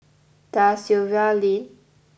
Da Silva Lane